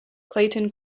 clayton